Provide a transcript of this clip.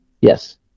yes